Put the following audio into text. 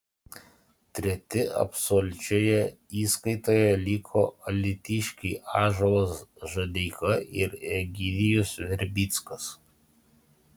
treti absoliučioje įskaitoje liko alytiškiai ąžuolas žadeika ir egidijus verbickas